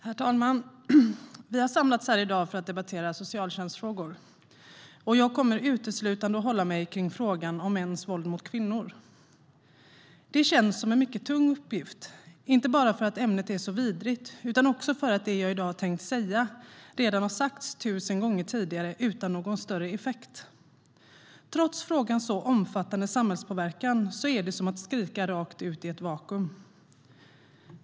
Herr talman! Vi har samlats här i dag för att debattera socialtjänstfrågor. Jag kommer uteslutande att hålla mig kring frågan om mäns våld mot kvinnor. Det känns som en mycket tung uppgift, inte bara för att ämnet är så vidrigt utan också för att det jag i dag har tänkt säga redan har sagts tusen gånger tidigare utan någon större effekt. Trots frågans omfattande samhällspåverkan är det som att skrika rakt ut i ett vakuum.